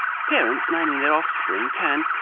parents naming their offspring can,